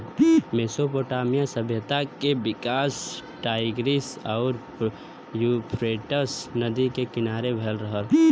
Mesopotamia सभ्यता के विकास टाईग्रीस आउर यूफ्रेटस नदी के किनारे भयल रहल